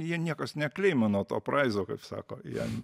jie niekas nekleimino to praizo kaip sako jie